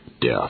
Death